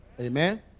Amen